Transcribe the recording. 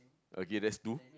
okay that's two